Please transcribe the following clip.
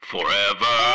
forever